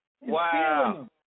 Wow